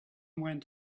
went